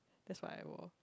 that's what I wore